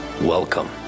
Welcome